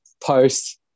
post